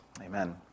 Amen